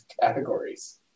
categories